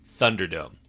Thunderdome